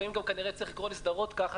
לפעמים גם כנראה צריך לקרוא לסדרות ככה